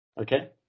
Okay